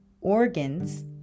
organs